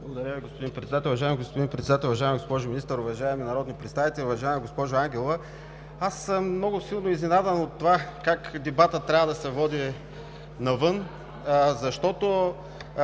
Уважаеми господин Председател, уважаема госпожо Министър, уважаеми народни представители! Уважаема госпожо Ангелова, аз съм много силно изненадан от това как дебатът трябва да се води навън, защото